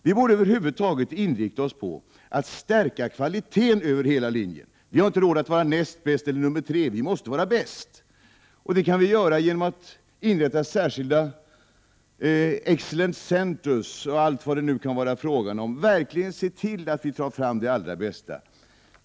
Vi borde över huvud taget inrikta oss på att stärka kvaliteten över hela linjen. Vi har inte råd att vara näst bäst eller nummer tre, vi måste vara bäst. Det kan vi bli genom att inrätta särskilda ”excellent centers” och allt vad det kan vara fråga om. Vi måste se till att verkligen ta fram det allra bästa.